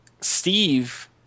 Steve